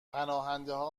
پناهندهها